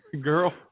Girl